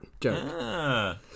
joke